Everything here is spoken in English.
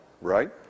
right